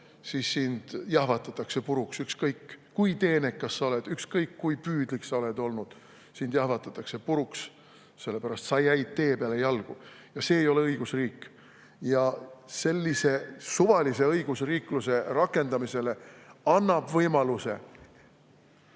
siis sind jahvatatakse puruks. Ükskõik, kui teenekas sa oled, ükskõik, kui püüdlik sa oled olnud, sind jahvatatakse puruks, sellepärast et sa jäid tee peale jalgu. See ei ole õigusriik. Ja sellise suvalise õigusriikluse rakendamisele annab võimaluse